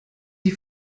die